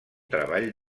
treball